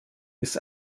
ist